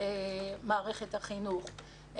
מערכת החינוך,